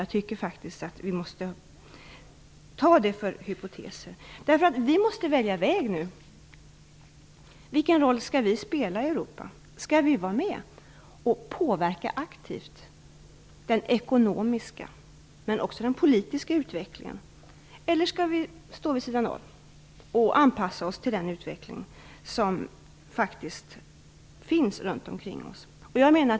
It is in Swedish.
Jag tycker faktiskt att vi måste ta dem för hypoteser. Vi måste nämligen välja väg nu. Vilken roll skall vi spela i Europa? Skall vi vara med och aktivt påverka den ekonomiska och politiska utvecklingen? Eller skall vi stå vid sidan av och anpassa oss till utvecklingen runt omkring oss?